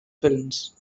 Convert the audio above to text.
films